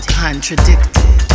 contradicted